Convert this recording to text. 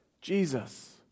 Jesus